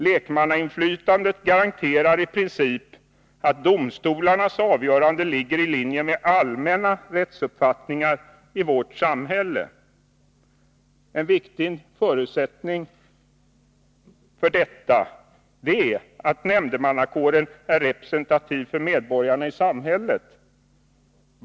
Lekmannainflytandet garanterar i princip att domstolarnas avgöranden ligger i linje med allmänna rättsuppfattningar i vårt samhälle. En viktig förutsättning för detta är att nämndemannakåren är representativ för medborgarna i samhället.